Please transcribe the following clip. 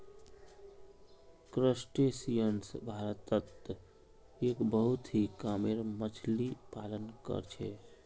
crustaceans भारतत एक बहुत ही कामेर मच्छ्ली पालन कर छे